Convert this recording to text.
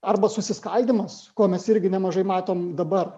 arba susiskaldymas ko mes irgi nemažai matom dabar